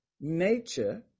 nature